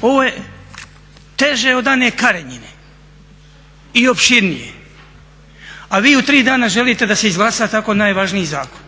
Ovo je teže od Ane Karenjine i opširnije, a vi u tri dana želite da se izglasa tako najvažniji zakon.